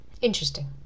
Interesting